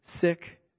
sick